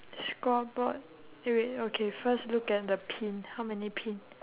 scoreboard eh wait okay first look at the pin how many pin